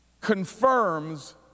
confirms